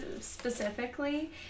specifically